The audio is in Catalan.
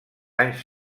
anys